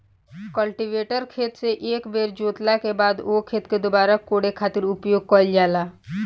cultivator खेत से एक बेर जोतला के बाद ओ खेत के दुबारा कोड़े खातिर उपयोग कईल जाला